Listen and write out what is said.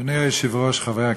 אדוני היושב-ראש, חברי הכנסת,